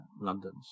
londons